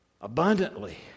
abundantly